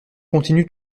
continue